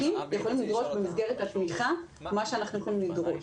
רק תומכים ויכולים לדרוש במסגרת התמיכה מה שאנחנו יכולים לדרוש,